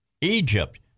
Egypt